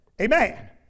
Amen